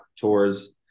tours